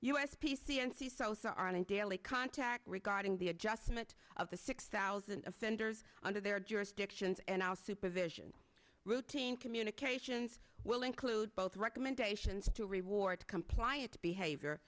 us p c n c sosa are in daily contact regarding the adjustment of the six thousand offenders under their jurisdictions and now supervision routine communications will include both recommendations to reward compliance behavior